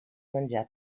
menjar